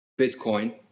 Bitcoin